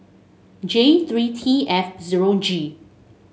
J three T F zero G